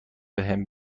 بهم